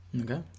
Okay